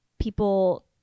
people